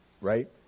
right